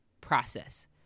process